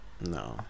No